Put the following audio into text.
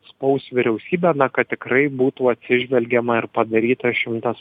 spaus vyriausybę na kad tikrai būtų atsižvelgiama ir padaryta šimtas